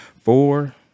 Four